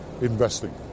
investing